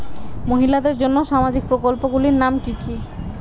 মহিলাদের জন্য সামাজিক প্রকল্প গুলির নাম কি কি?